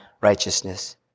righteousness